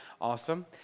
Awesome